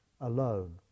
alone